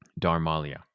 Darmalia